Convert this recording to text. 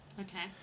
Okay